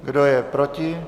Kdo je proti?